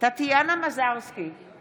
טטיאנה מזרסקי, נגד